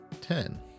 Ten